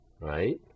right